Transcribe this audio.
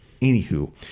Anywho